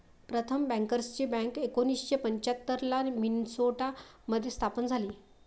प्रथम बँकर्सची बँक एकोणीसशे पंच्याहत्तर ला मिन्सोटा मध्ये स्थापन झाली